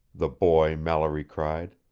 the boy mallory cried.